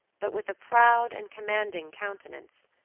but with a proud and commanding countenance,